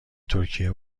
ترکیه